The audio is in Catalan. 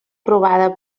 aprovada